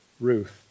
Ruth